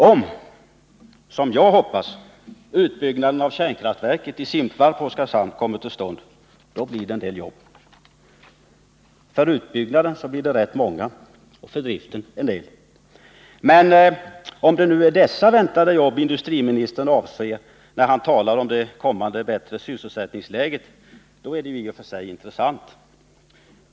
Om, som jag hoppas, utbyggnaden av kärnkraftverket i Simpvarp, Oskarshamn, kommer till stånd blir det en del jobb. För utbyggnaden blir det rätt många och för driften en del. Om det är dessa väntade jobb industriministern avser, när han talar om det kommande bättre sysselsättningsläget, är det i och för sig intressant.